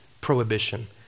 prohibition